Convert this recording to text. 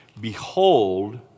Behold